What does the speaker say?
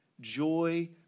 joy